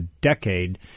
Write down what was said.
decade